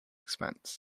expense